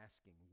asking